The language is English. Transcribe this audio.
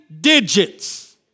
digits